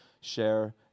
share